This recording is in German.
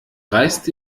reißt